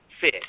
fish